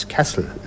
Castle